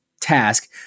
task